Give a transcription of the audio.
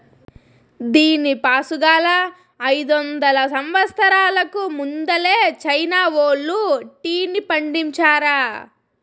దీనిపాసుగాలా, అయిదొందల సంవత్సరాలకు ముందలే చైనా వోల్లు టీని పండించారా